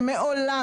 שמעולם,